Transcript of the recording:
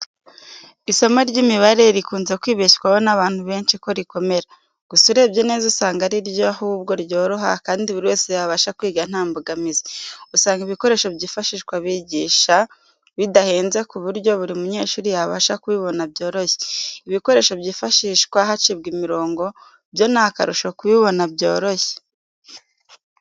Isomo ry'imibare rikunze kwibeshywaho n'abantu benshi ko rikomera, gusa urebye neza usanga ari ryo ahubwo ryoroha kandi buri wese yabasha kwiga nta mbogamizi. Usanga ibikoresho byifashishwa bigisha bidahenze ku buryo buri munyeshuri yabasha kubibona byoroshye. Ibikoresho byifashishwa hacibwa imirongo, byo ni akarusho kubibona byoroshye.